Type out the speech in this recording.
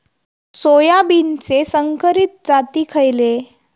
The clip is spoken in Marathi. सोयाबीनचे संकरित जाती खयले?